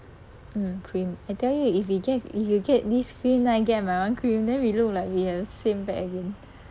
mm cream I tell you if we get if you get this cream then I get my own cream then we look like we have same bag again